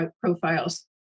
profiles